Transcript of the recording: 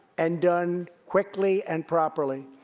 and done quickly and properly.